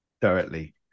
directly